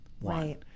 Right